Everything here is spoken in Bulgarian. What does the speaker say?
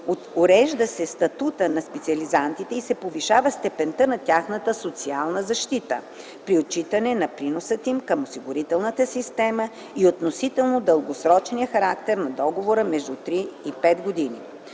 Урежда се статута на специализантите и се повишава степента на тяхната социална защита, при отчитане на приносът им към осигурителната система и относително дългосрочния характер на договора между 3 и 5 години.